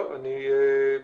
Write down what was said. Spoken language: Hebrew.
אילן,